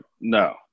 No